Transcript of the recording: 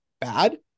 bad